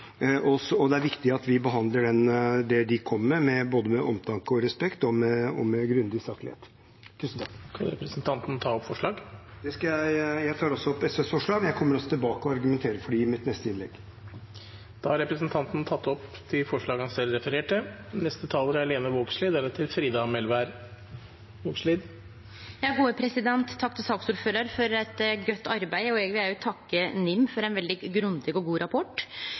også lytter til, og det er viktig at vi behandler det de kommer med, med både omtanke, respekt og grundig saklighet. Tusen takk. Skal representanten ta opp forslag? Det skal jeg. Jeg tar opp SVs forslag, og jeg kommer tilbake og argumenterer for dem i mitt neste innlegg. Representanten Petter Eide har tatt opp de forslagene han refererte til. Takk til saksordføraren for eit godt arbeid. Eg vil òg takke NIM for ein veldig grundig og god rapport.